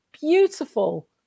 beautiful